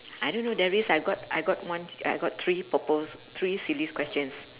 I don't know there is I've got I got one I got three purple three silly questions